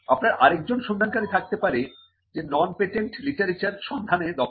আপনার আরেকজন সন্ধানকারী থাকতে পারে যে নন পেটেন্ট লিটারেচার সন্ধানে দক্ষ